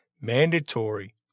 Mandatory